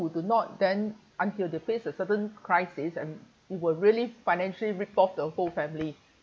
who do not then until they face a certain crisis and it will really financial rip off the whole family